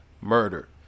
murder